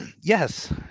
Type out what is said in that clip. Yes